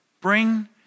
Bring